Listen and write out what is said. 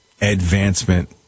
advancement